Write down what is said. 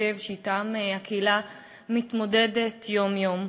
שאתם הקהילה מתמודדת יום-יום.